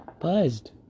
buzzed